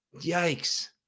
Yikes